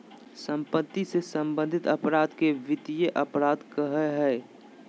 सम्पत्ति से सम्बन्धित अपराध के वित्तीय अपराध कहइ हइ